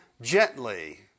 gently